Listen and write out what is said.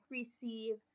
receive